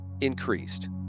increased